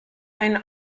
einen